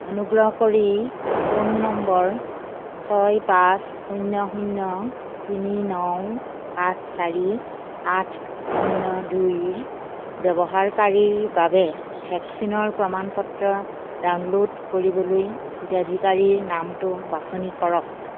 অনুগ্ৰহ কৰি phone number ছয় পাঁচ শূন্য শূন্য তিনি ন আঠ চাৰি আঠ শূন্য দুই ৰ ব্যৱহাৰকাৰীৰ বাবে ভেকচিনৰ প্ৰমাণপত্ৰ ডাউনল'ড কৰিবলৈ হিতাধিকাৰীৰ নামটো বাছনি কৰক